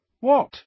What